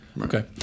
Okay